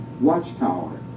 Watchtower